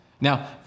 Now